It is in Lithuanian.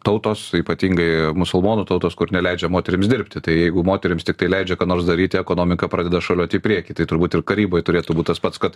tautos ypatingai musulmonų tautos kur neleidžia moterims dirbti tai jeigu moterims tiktai leidžia ką nors daryti ekonomika pradeda šuoliuoti į priekį tai turbūt ir karyboj turėtų būt tas pats kad